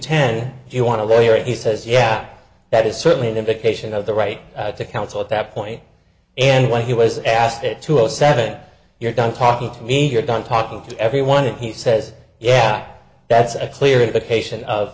ten do you want a lawyer he says yeah that is certainly an indication of the right to counsel at that point and what he was asked it to offset you're done talking to me you're done talking to everyone and he says yeah that's a clear indication of